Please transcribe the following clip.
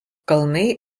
kalnai